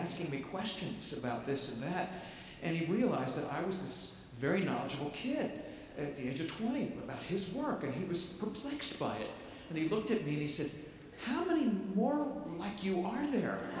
asking me questions about this and that and realize that i was very knowledgeable kid at the age of twenty about his work and he was perplexed by and he looked at me he said how many more like you are there